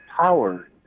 power